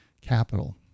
capital